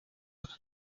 aka